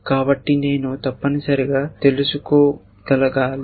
కాబట్టి నేను తప్పనిసరిగా తెలుసుకోగలగాలి